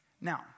Now